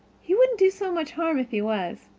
he wouldn't do so much harm if he was.